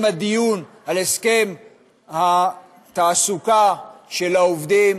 הדיון על הסכם התעסוקה של העובדים,